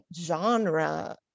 genre